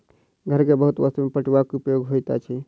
घर के बहुत वस्तु में पटुआक उपयोग होइत अछि